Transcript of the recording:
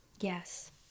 Yes